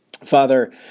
Father